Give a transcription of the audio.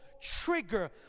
trigger